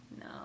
no